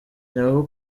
naho